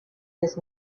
his